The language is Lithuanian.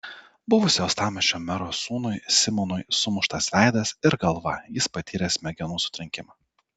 buvusio uostamiesčio mero sūnui simonui sumuštas veidas ir galva jis patyrė smegenų sutrenkimą